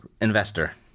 investor